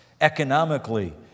economically